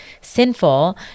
sinful